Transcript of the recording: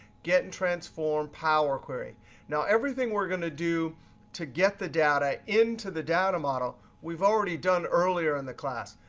get and transform, powerquery. now, everything we're going to do to get the data into the data model we've already done earlier in the class.